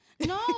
No